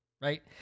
Right